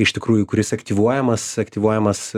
iš tikrųjų kuris aktyvuojamas aktyvuojamas